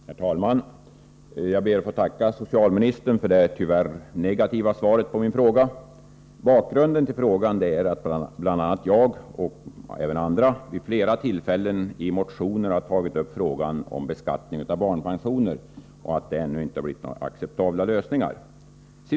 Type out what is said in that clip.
Herr talman! Jag ber att få tacka socialministern för det tyvärr negativa svaret på min fråga. Bakgrunden till frågan är att jag och även andra vid flera tillfällen i motioner har tagit upp spörsmålet om beskattningen av barnpensioner men att man ännu inte har kommit fram till några acceptabla lösningar.